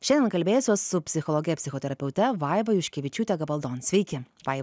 šiandien kalbėsiuos su psichologe psichoterapeute vaiva juškevičiūte gabaldon sveiki vaiva